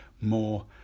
more